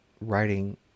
writing